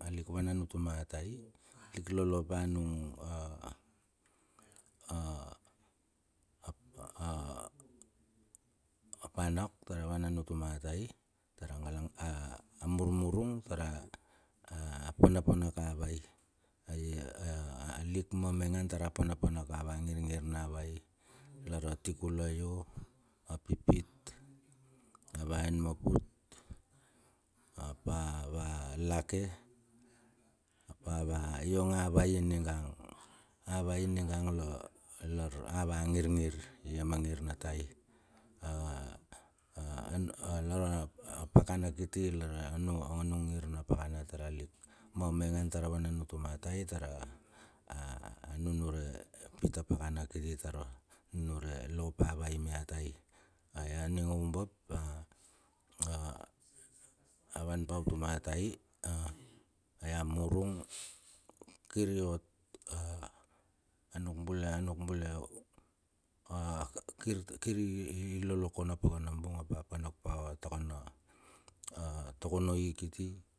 a lik vanam utuma tai. Alik lolo pa nung a a a panak tar a wanan utuma tai, tar a gala a murmurung tara panapanak ava i. Ai alik mamaingan tara panapanak ava ngir ngir nava i lar tikulayo, apipit, ava enmaput, ap ava lake ap ava yong ava i niga avai niga la lar ava ngir ngir ia ma ngir na tai, a a a lar a pakana kiti a lar a anung ngir na pakana tar alik mamaingan tar a vanan utuma tai. a a a a murung pit a pakana kiti tar a nunure lopa ava i. Ai aning oubap a a avan pa utuma tai a ai a murung kir iot a nuk bule a nuk bule a kir i lolokon a pakanabug ap a panak pa tokono i kiti.